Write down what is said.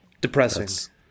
Depressing